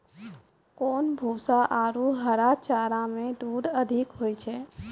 कोन भूसा आरु हरा चारा मे दूध अधिक होय छै?